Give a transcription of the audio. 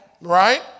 Right